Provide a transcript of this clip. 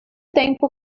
tempo